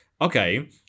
okay